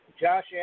Josh